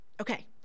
Okay